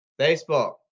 Facebook